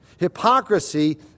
Hypocrisy